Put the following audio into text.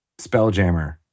Spelljammer